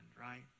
right